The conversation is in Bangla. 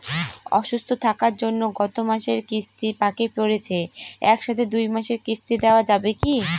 অসুস্থ থাকার জন্য গত মাসের কিস্তি বাকি পরেছে এক সাথে দুই মাসের কিস্তি দেওয়া যাবে কি?